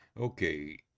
Okay